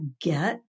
get